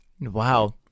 Wow